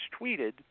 tweeted